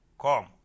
Come